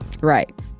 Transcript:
Right